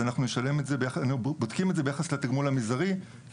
אנחנו בודקים את זה ביחס לתגמול המזערי כי